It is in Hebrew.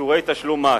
אישורי תשלום מס,